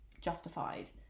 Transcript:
justified